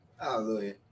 Hallelujah